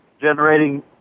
generating